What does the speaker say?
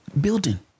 building